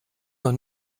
noch